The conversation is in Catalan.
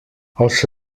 els